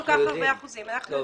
אנחנו יודעים.